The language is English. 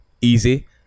Easy